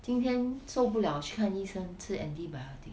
今天受不了去看医生吃 antibiotic